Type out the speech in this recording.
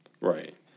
Right